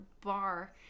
bar